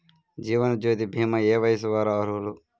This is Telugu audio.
జీవనజ్యోతి భీమా ఏ వయస్సు వారు అర్హులు?